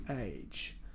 Age